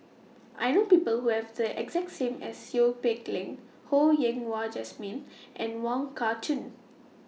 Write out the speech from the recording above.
I know People Who Have The exact name as Seow Peck Leng Ho Yen Wah Jesmine and Wong Kah Chun